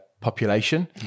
population